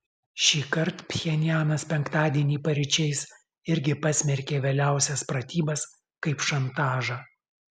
šįkart pchenjanas penktadienį paryčiais irgi pasmerkė vėliausias pratybas kaip šantažą